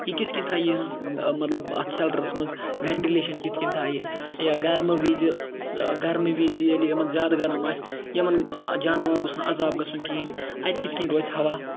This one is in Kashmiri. یہِ کِتھ کٔنۍ تھاوِ یِہٕنٛز مطلب اَتھ شَلٹَرَس منٛز وٮ۪نٹِلیشَن کِتھ کٔنۍ تھاوِ یہِ یا گَرمہٕ وِزِ گَرمہٕ وِزِ ییٚلہِ یِمَن زیادٕ گَرَم آسہِ یِمَن جاناوَارَن گوٚژھ نہٕ عزاب گژھُن کِہیٖنۍ اَتہِ کِتھ کٔنۍ روزِ ہَوا